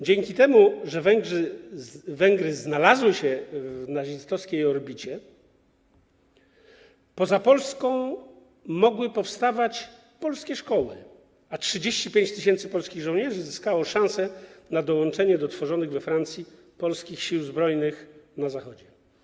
Dzięki temu, że Węgry znalazły się w nazistowskiej orbicie, poza Polską mogły powstawać polskie szkoły, a 35 tys. polskich żołnierzy zyskało szansę na dołączenie do tworzonych we Francji Polskich Sił Zbrojnych na Zachodzie.